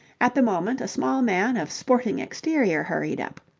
at the moment a small man of sporting exterior hurried up.